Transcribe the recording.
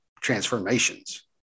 transformations